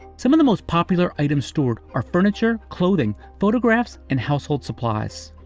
some of the most popular items stored are furniture, clothing, photographs and household supplies.